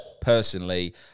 personally